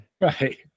Right